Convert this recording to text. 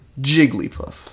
Jigglypuff